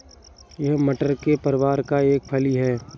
यह मटर के परिवार का एक फली है